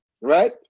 Right